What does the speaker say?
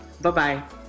Bye-bye